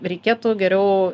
reikėtų geriau